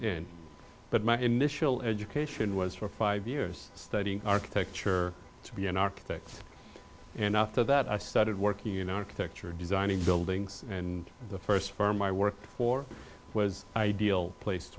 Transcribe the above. in but my initial education was for five years studying architecture to be an architect and after that i started working in architecture designing buildings and the first firm i worked for was ideal place